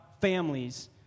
families